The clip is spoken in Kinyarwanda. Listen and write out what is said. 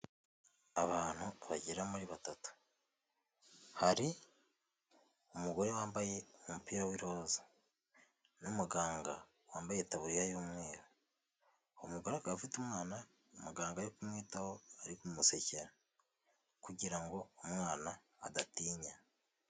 Abantu bagera muri batatu hari umugore wambaye umupira w'iroza, n'umuganga wambaye itaburiya y'umweru, uwo mugore akaba afite umwana umuganga ari kumwitaho ari kumusekera kugira ngo umwana adatinya.